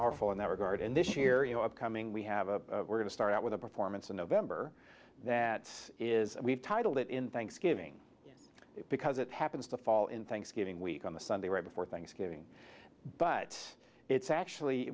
powerful in that regard and this year you know upcoming we have a we're going to start out with a performance in november that is we titled it in thanksgiving because it happens to fall in thanksgiving week on the sunday right before thanksgiving but it's actually